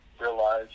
realize